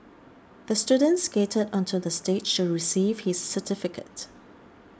the student skated onto the stage to receive his certificate